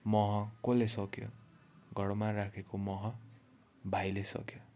मह कसले सक्यो घरमा राखेको मह भाइले सक्यो